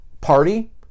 party